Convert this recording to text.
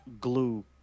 glue